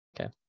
Okay